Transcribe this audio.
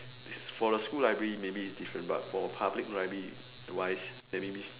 for the school library maybe it's different but for public library wise there may be